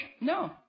No